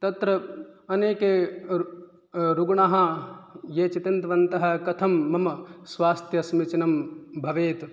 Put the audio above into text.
तत्र अनेके रु रुग्णाः ये चिन्तितवन्तः कथं मम स्वास्थ्यं समीचीनं भवेत्